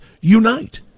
unite